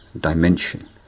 dimension